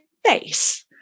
face